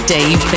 Dave